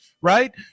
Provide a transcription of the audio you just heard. right